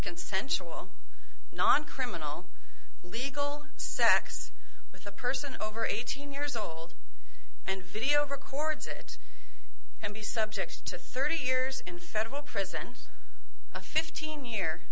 consensual non criminal illegal sex with a person over eighteen years old and video records it can be subject to thirty years in federal prison and a fifteen year